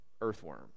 earthworm